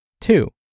Two